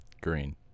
Green